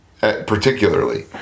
particularly